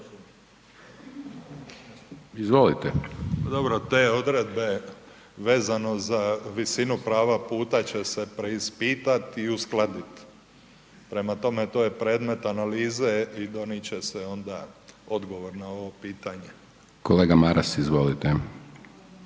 Tomislav** Dobro, te odredbe vezano za visinu prava puta će se preispitati i uskladiti. Prema tome to je predmet analize i donijet će se onda odgovor na ovo pitanje. **Hajdaš Dončić,